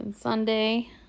Sunday